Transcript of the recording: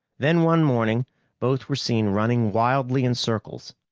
then one morning both were seen running wildly in circles.